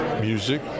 music